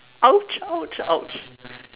ouch ouch ouch